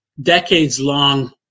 decades-long